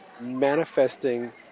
manifesting